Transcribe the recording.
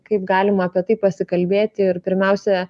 kaip galima apie tai pasikalbėti ir pirmiausia